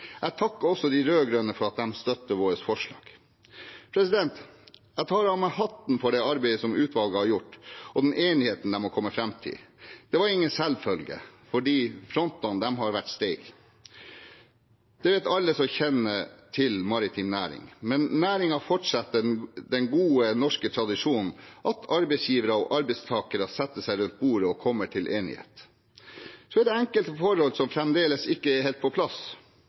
Jeg takker også de rød-grønne for at de støtter vårt forslag. Jeg tar av meg hatten for det arbeidet som utvalget har gjort, og den enigheten de har kommet fram til. Det var ingen selvfølge, for frontene har vært steile. Det vet alle som kjenner til maritim næring. Men næringen fortsetter den gode norske tradisjonen, at arbeidsgivere og arbeidstakere setter seg rundt bordet og kommer til enighet. Så er det enkelte forhold som fremdeles ikke er helt på plass.